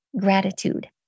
gratitude